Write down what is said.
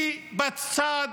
היא בצד